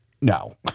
No